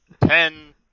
ten